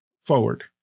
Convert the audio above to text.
forward